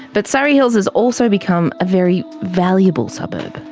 but surry hills has also become a very valuable suburb.